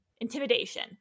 intimidation